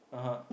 (uh huh)